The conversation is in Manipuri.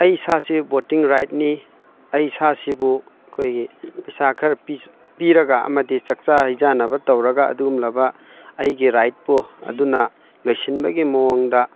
ꯑꯩ ꯏꯁꯥꯁꯦ ꯕꯣꯠꯇꯤꯡ ꯔꯥꯏꯠꯅꯤ ꯑꯩ ꯏꯁꯥꯁꯤꯕꯨ ꯑꯩꯈꯣꯏꯒꯤ ꯄꯩꯁꯥ ꯈꯔ ꯄꯤꯔꯒ ꯑꯃꯗꯤ ꯆꯥꯛꯆꯥ ꯍꯩꯖꯥꯅꯕ ꯇꯧꯔꯒ ꯑꯗꯨꯒꯨꯝꯂꯕ ꯑꯩꯒꯤ ꯔꯥꯏꯠꯄꯨ ꯑꯗꯨꯅ ꯂꯣꯏꯁꯤꯟꯕꯒꯤ ꯃꯑꯣꯡꯗ